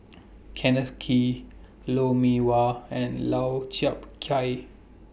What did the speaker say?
Kenneth Kee Lou Mee Wah and Lau Chiap Khai